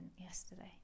yesterday